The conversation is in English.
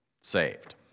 Saved